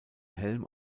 helm